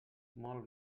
molt